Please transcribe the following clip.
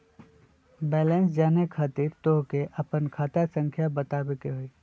Balance जाने खातिर तोह के आपन खाता संख्या बतावे के होइ?